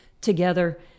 together